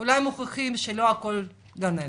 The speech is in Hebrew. אולי מוכיחים שלא הכול גן עדן.